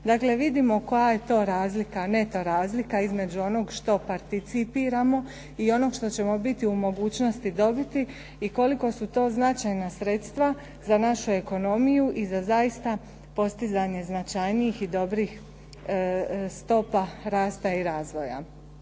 Dakle, vidimo koja je to razlika, neto razlika između onog što participiramo i onog što ćemo biti u mogućnosti dobiti i koliko su to značajna sredstva za našu ekonomiju i za zaista postizanje značajnijih i dobrih stopa rasta i razvoja.